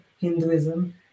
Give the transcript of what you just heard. Hinduism